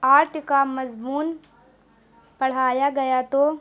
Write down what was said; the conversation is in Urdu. آرٹ کا مضمون پڑھایا گیا تو